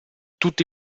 tutti